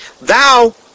Thou